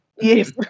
Yes